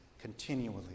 continually